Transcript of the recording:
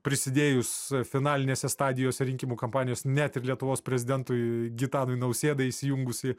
prisidėjus finalinėse stadijose rinkimų kampanijos net ir lietuvos prezidentui gitanui nausėdai įsijungus